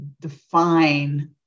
define